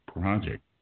project